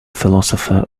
philosopher